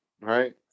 right